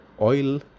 oil